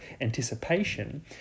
anticipation